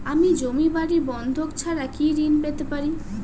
আমি জমি বাড়ি বন্ধক ছাড়া কি ঋণ পেতে পারি?